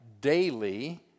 daily